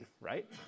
right